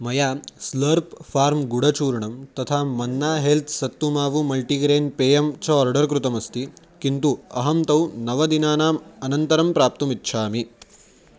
मया Slurrp Farm गुडचूर्णं तथा मन्ना हेल्त् सत्तुमावु मल्टिग्रेन् पेयं च आर्डर् कृतमस्ति किन्तु अहं तौ नवदिनानाम् अनन्तरं प्राप्तुम् इच्छामि